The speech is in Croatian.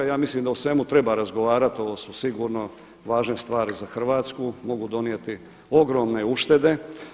Ja mislim da o svemu treba razgovarati ovo su sigurno važne stvari za Hrvatsku, mogu donijeti ogromne uštede.